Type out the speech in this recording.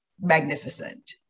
magnificent